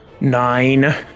Nine